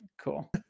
Cool